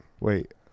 Wait